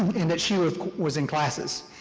and that she was was in classes.